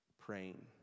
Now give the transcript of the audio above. praying